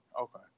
okay